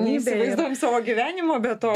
neįsivaizduojam savo gyvenimo be to